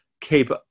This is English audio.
keep